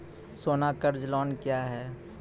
सोना कर्ज लोन क्या हैं?